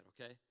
okay